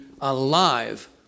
alive